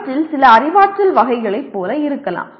அவற்றில் சில அறிவாற்றல் வகைகளைப் போல இருக்கலாம்